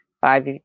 five